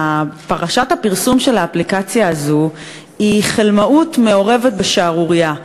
פרשת הפרסום של האפליקציה הזאת היא חלמאות מעורבת בשערורייה.